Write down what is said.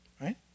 Right